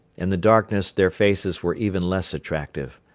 in the darkness their faces were even less attractive.